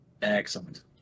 Excellent